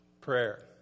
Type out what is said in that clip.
Prayer